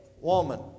woman